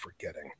forgetting